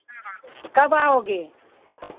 कब आओगे